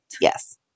Yes